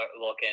looking